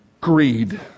greed